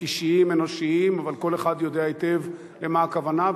אישיים אנושיים, אבל כל אחד יודע היטב למה הכוונה.